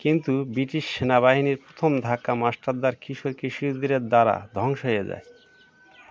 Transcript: কিন্তু ব্রিটিশ সেনাবাহিনীর প্রথম ধাক্কা মাস্টারদার কিশোর দ্বারা ধ্বংস হয়ে যায়